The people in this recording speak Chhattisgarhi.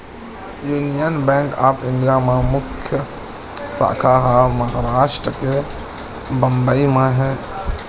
यूनियन बेंक ऑफ इंडिया के मुख्य साखा ह महारास्ट के बंबई म हे